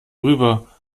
rüber